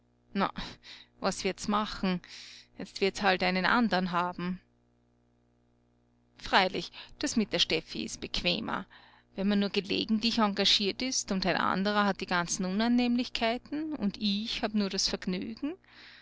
na was wird's machen jetzt wird's halt einen andern haben freilich das mit der steffi ist bequemer wenn man nur gelegentlich engagiert ist und ein anderer hat die ganzen unannehmlichkeiten und ich hab nur das vergnügen